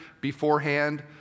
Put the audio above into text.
beforehand